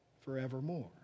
forevermore